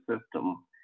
system